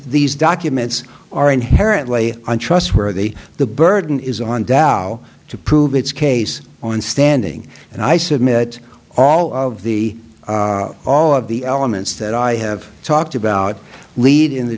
these documents are inherently untrustworthy the burden is on dow to prove its case on standing and i submit all of the all of the elements that i have talked about lead in the